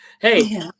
Hey